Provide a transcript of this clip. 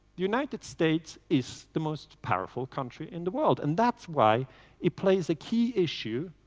united states is the most powerful country in the world and that's why it plays a key issue,